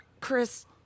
Chris